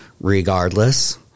regardless